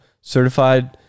Certified